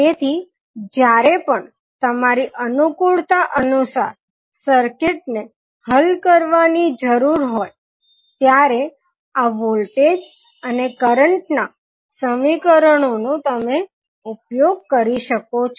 તેથી જ્યારે પણ તમારી અનુકૂળતા અનુસાર સર્કિટને હલ કરવાની જરૂર હોય ત્યારે આ વોલ્ટેજ અને કરંટ સમીકરણોનો તમે ઉપયોગ કરી શકો છો